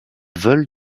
vole